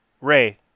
Ray